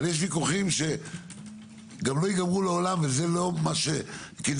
יש ויכוחים שלא ייגמרו לעולם וזה לא מה שכדאי